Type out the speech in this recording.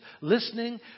listening